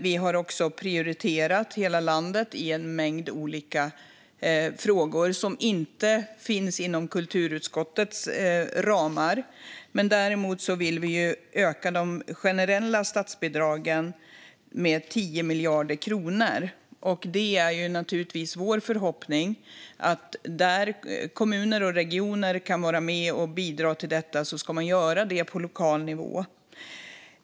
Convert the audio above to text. Vi har också prioriterat hela landet i en mängd olika frågor som inte finns inom kulturutskottets ramar, men däremot vill vi öka de generella statsbidragen med 10 miljarder kronor. Det är vår förhoppning att kommuner och regioner ska vara med och bidra till detta där de kan göra det på lokal nivå.